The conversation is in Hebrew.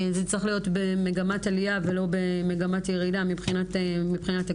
זה צריך להיות במגמת עלייה ולא במגמת ירידה מבחינה תקציבית,